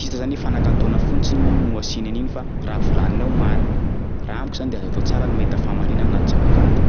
hita zany hoe fanakantoana fontsiny no asiany an'iny fa raha volaniny ao marina, raha amiko zany de azo atao tsara ny mahita fahamarinana anaty zavakanto.